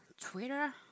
Twitter